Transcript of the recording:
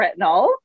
retinol